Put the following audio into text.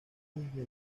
desde